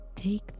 Take